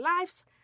lives